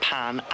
Pan